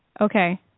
Okay